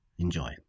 Enjoy